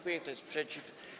Kto jest przeciw?